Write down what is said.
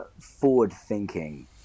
forward-thinking